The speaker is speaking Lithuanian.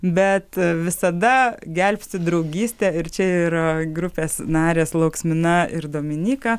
bet visada gelbsti draugystė ir čia yra grupės narės lauksmina ir dominyka